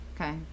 Okay